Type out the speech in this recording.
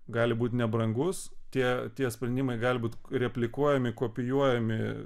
gali būti nebrangus tie tie sprendimai gali būt replikuojami kopijuojami